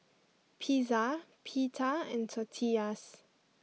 Pizza Pita and Tortillas